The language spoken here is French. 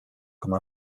comme